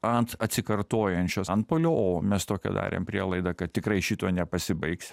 ant atsikartojančio antpuolio o mes tokią darėm prielaidą kad tikrai šituo nepasibaigs